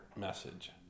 message